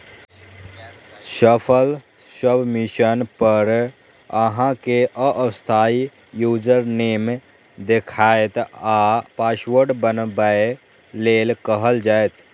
सफल सबमिशन पर अहां कें अस्थायी यूजरनेम देखायत आ पासवर्ड बनबै लेल कहल जायत